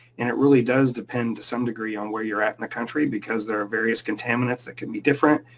and it really does depend to some degree on where you're at in the country, because there are various contaminants that can be different,